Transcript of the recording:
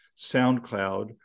SoundCloud